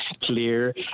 clear